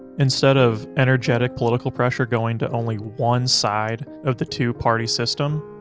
instead of energetic political pressure going to only one side of the two-party system,